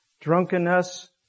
drunkenness